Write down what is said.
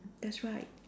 that's right